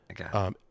Okay